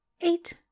Eight